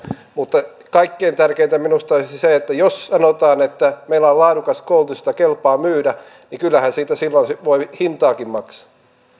mutta kaikkein tärkeintä minusta olisi se että jos sanotaan että meillä on laadukas koulutus jota kelpaa myydä niin kyllähän siitä silloin voi hintaakin maksaa